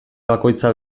bakoitza